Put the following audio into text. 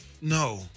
No